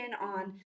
on